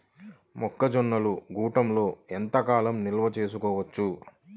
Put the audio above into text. మొక్క జొన్నలు గూడంలో ఎంత కాలం నిల్వ చేసుకోవచ్చు?